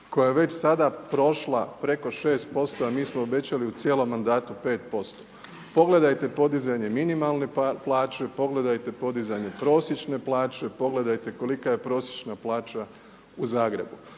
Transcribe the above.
koja je već sada prošlo preko 6% a mi smo obećali u cijelom mandatu 5%. Pogledajte podizanje minimalne plaće, pogledajte podizanje prosječne plaće, pogledajte kolika je prosječna plaća u Zagrebu.